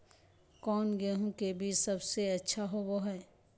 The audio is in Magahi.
कौन गेंहू के बीज सबेसे अच्छा होबो हाय?